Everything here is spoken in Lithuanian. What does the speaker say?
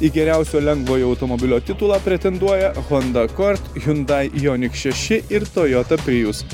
į geriausio lengvojo automobilio titulą pretenduoja honda akord hiundai jonik šeši ir tojota prijus